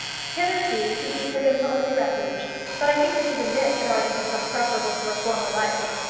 hitherto, to weep had been her only refuge but i think that even this had already become preferable to her former life.